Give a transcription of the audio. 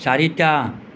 চাৰিটা